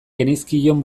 genizkion